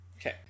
Okay